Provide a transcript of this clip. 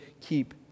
keep